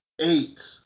eight